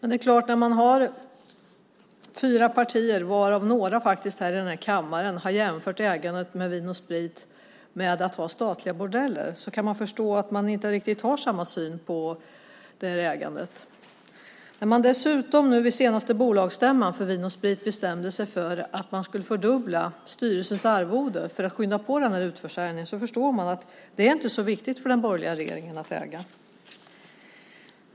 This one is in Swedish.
Det är klart: När man har fyra partier, varav några faktiskt i den här kammaren har jämfört ägandet av Vin & Sprit med att ha statliga bordeller, kan man förstå att man inte riktigt har samma syn på ägandet. När man dessutom vid senaste bolagsstämman för Vin & Sprit bestämde sig för att man skulle fördubbla styrelsens arvode för att skynda på den här utförsäljningen så står det klart att det inte är så viktigt för den borgerliga regeringen att äga.